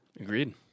agreed